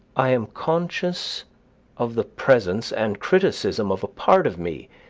i am conscious of the presence and criticism of a part of me,